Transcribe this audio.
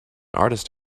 artist